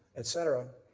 etc.